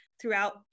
throughout